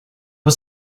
was